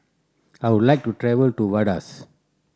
I would like to travel to Vaduz